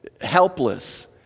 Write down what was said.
helpless